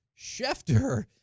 Schefter